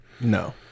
No